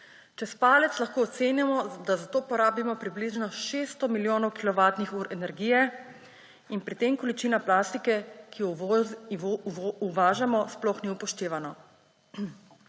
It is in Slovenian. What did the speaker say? Čez palec lahko ocenimo, da za to porabimo približno 600 milijonov kilovatnih ur energije in pri tem količina plastike, ki jo uvažamo, sploh ni upoštevana.